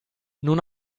non